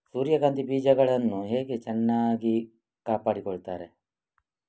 ಸೂರ್ಯಕಾಂತಿ ಬೀಜಗಳನ್ನು ಹೇಗೆ ಚೆನ್ನಾಗಿ ಕಾಪಾಡಿಕೊಳ್ತಾರೆ?